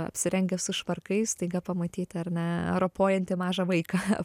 apsirengę su švarkais staiga pamatyti ar ne ropojantį mažą vaiką